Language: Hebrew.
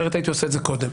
אחרת הייתי עושה את זה קודם.